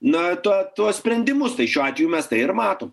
na tuos sprendimus tai šiuo atveju mes tai ir matom